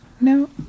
no